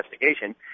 investigation